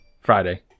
Friday